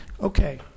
Okay